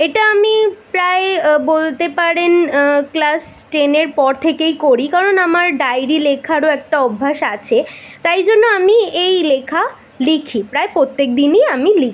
এটা আমি প্রায় বলতে পারেন ক্লাস টেনের পর থেকেই করি কারণ আমার ডায়রি লেখারও একটা অভ্যাস আছে তাই জন্য আমি এই লেখা লিখি প্রায় প্রত্যেক দিনই আমি লিখি